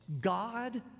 God